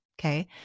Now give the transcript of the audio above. Okay